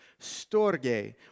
storge